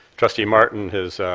trustee martin,